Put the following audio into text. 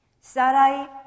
Sarai